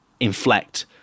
inflect